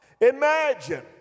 Imagine